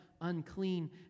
unclean